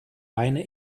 reine